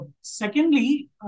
Secondly